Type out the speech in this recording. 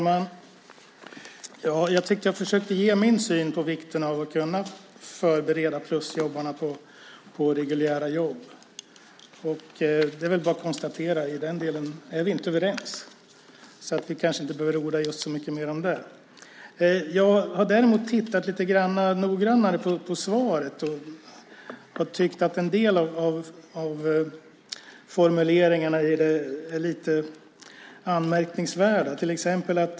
Herr talman! Jag försökte ge min syn på vikten av att kunna förbereda plusjobbarna för reguljära jobb. Det är bara att konstatera att vi inte är överens i den delen. Vi kanske inte behöver orda så mycket mer om det. Jag har tittat noggrant på svaret. En del av formuleringarna är anmärkningsvärda.